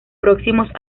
próximos